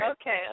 Okay